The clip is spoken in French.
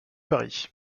paris